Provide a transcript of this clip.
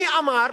מי אמר?